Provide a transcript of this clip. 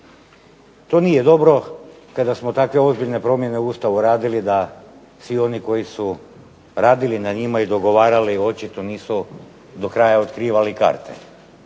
To nije dobro kada smo tako ozbiljne promjene u Ustavu radili da svi oni koji su radili na njima i dogovarali očito nisu do kraja otkrivali karte,